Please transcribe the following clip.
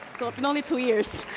been only two years.